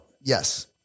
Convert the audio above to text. Yes